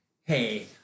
hey